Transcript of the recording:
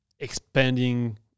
expanding